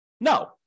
No